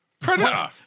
Predator